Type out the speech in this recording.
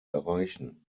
erreichen